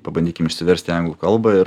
pabandykim išsiversti į anglų kalbą ir